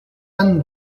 anne